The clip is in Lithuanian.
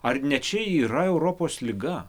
ar ne čia yra europos liga